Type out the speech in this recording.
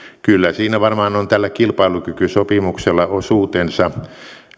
kyllä siinä varmaan on tällä kilpailukykysopimuksella osuutensa